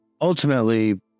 Ultimately